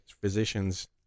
physicians